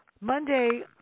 Monday